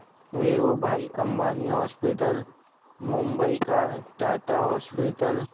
Dhiru bhai Ambani hospital Mumbai کا Tata hospital